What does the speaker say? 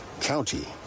County